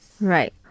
Right